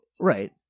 Right